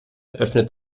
öffnet